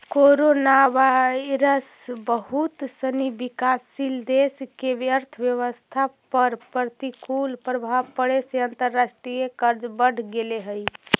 coronavirus बहुत सनी विकासशील देश के अर्थव्यवस्था पर प्रतिकूल प्रभाव पड़े से अंतर्राष्ट्रीय कर्ज बढ़ गेले हई